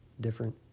different